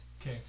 Okay